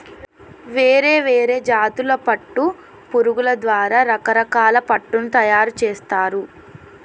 వేరే వేరే జాతుల పట్టు పురుగుల ద్వారా రకరకాల పట్టును తయారుచేస్తారు